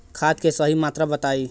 खाद के सही मात्रा बताई?